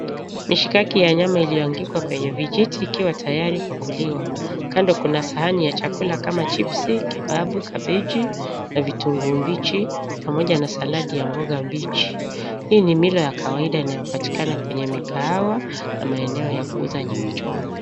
Mishikaki ya nyama iliyoangikwa kwenye vijiti. Ikiwa tayari kupakuliwa Kando Kuna sahani ya chakula kama(cs) chipsi kebabu(cs),kabeji na vitunguu mbichi. Pamoja na saladi ya mboga mbichi. Hii ni Milo ya kawaida inayopatikana kwenye mikahawa na maeneo ya kuuza nyama choma.